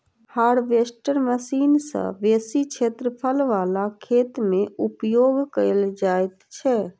harvester machine सॅ बेसी क्षेत्रफल बला खेत मे उपयोग कयल जाइत छै